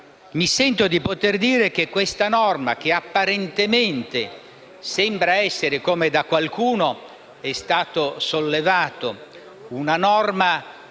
Mi sento di poter dire che questa norma, che apparentemente sembra essere, come è stato sollevato da